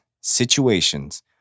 situations